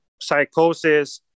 psychosis